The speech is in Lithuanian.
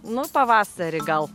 nu pavasarį gal